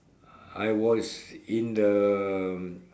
I was in the